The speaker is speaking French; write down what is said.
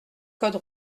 code